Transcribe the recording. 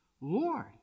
Lord